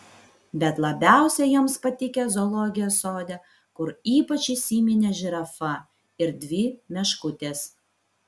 bet labiausiai joms patikę zoologijos sode kur ypač įsiminė žirafa ir dvi meškutės